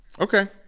okay